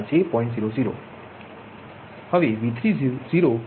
0 એ તમે જાણો છો